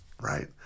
right